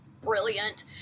brilliant